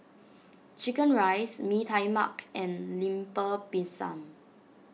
Chicken Rice Mee Tai Mak and Lemper Pisang